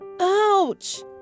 Ouch